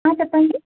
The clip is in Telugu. చెప్పండి